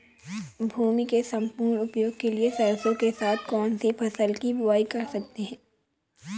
भूमि के सम्पूर्ण उपयोग के लिए सरसो के साथ कौन सी फसल की बुआई कर सकते हैं?